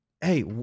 Hey